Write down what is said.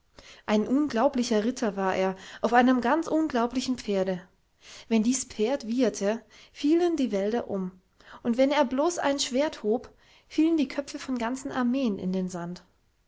ein unglaublicher ritter war er auf einem ganz unglaublichen pferde wenn dies pferd wieherte fielen die wälder um und wenn er blos sein schwert hob fielen die köpfe von ganzen armeen in den sand